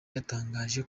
yatangaje